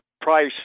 price